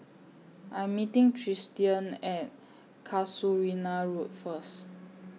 I'm meeting Tristian At Casuarina Road First